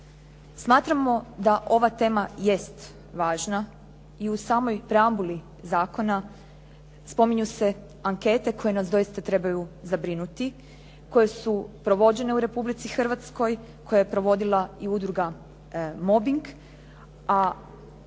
Smatramo da ova tema jest važna i u samoj preambuli zakona spominju se ankete koje nas doista trebaju zabrinuti, koje su provođene u Republici hrvatskoj, koje je provodila i Udruga mobing a njoj